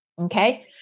okay